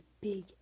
big